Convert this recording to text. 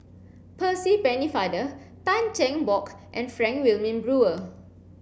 Percy Pennefather Tan Cheng Bock and Frank Wilmin Brewer